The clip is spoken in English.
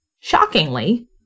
shockingly